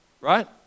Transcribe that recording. right